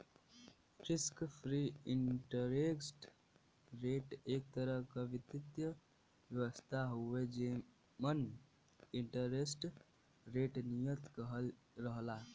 risk free interest rate एक तरह क वित्तीय व्यवस्था हउवे जेमन इंटरेस्ट रेट नियत रहला